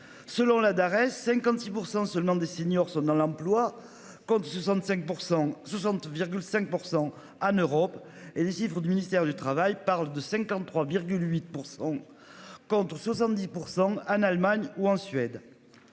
Selon la Darès 56% seulement des seniors dans l'emploi contre 65 pour 160,5%. Anne Europe et les chiffres du ministère du Travail parle de 53 8 %. Contre 70% en Allemagne ou en Suède.